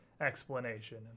explanation